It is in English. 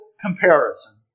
comparison